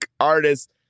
artist